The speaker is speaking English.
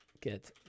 get